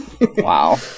Wow